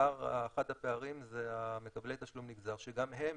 אחד הפערים זה מקבלי תשלום נגזר שגם הם